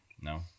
No